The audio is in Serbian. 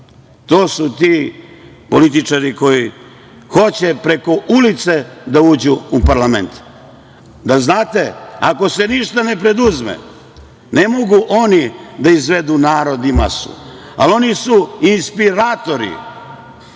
To su ti političari koji hoće preko ulice da uđu u parlament. Da znate, ako se ništa ne preduzme, ne mogu oni da izvedu narod i masu, ali su oni inspiratori